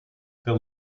the